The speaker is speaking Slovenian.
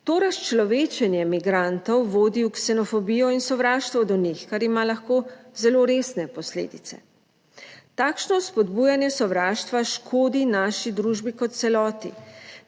To razčlovečenje migrantov vodi v ksenofobijo in sovraštvo do njih, kar ima lahko zelo resne posledice. Takšno spodbujanje sovraštva škodi naši družbi kot celoti.